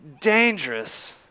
dangerous